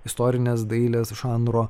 istorines dailės žanro